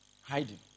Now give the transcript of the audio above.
Hiding